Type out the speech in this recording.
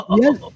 Yes